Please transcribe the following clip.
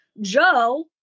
Joe